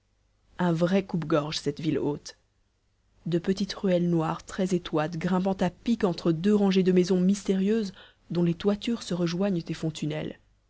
un vrai coupe-gorge cette ville haute de petites ruelles noires très étroites grimpant à pic entre deux rangées de maisons mystérieuses dont les toitures se rejoignent et